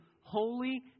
holy